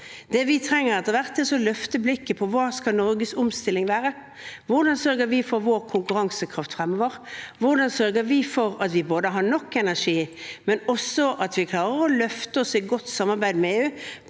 vi trenger etter hvert, er å løfte blikket for hva Norges omstilling skal være. Hvordan sørger vi for vår konkurransekraft fremover? Hvordan sørger vi for at vi både har nok energi og klarer å løfte oss i godt samarbeid med EU